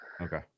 Okay